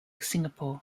singapore